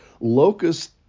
locust